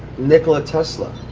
nikola tesla.